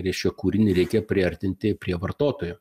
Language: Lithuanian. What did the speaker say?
reiškia kūrinį reikia priartinti prie vartotojo